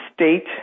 state